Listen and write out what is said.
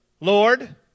Lord